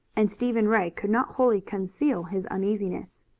and stephen ray could not wholly conceal his uneasiness.